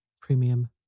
Premium